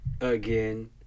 again